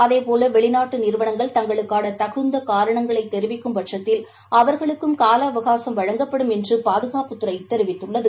அதேபோல வெளிநாட்டு நிறுவனங்கள் தங்களுக்கான தகுந்த காரணங்களை தெரிவிக்கும்பட்சத்தில் அவர்களுக்கும் கால அவகாசம் வழங்கப்படும் என்று பாதுகாப்புத்துறை தெரிவித்துள்ளது